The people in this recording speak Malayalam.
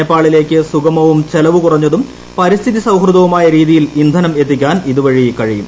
നേപ്പാളിലേക്ക് സുഗമവും ചെലവു കുറഞ്ഞതും പരിസ്ഥിതി സൌഹൃദവുമായ രീതിയിൽ ഇന്ധനം എത്തിക്കാൻ ഇതുവഴി കഴിയും